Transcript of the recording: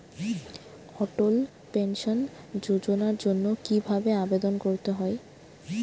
অটল pension যোজনার জন্য কি ভাবে আবেদন করতে হয়?